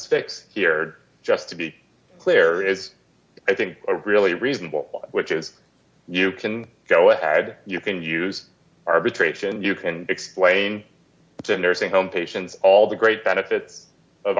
fix here just to be clear is i think a really reasonable which is you can go ahead you can use arbitration you can explain to nursing home patients all the great benefits of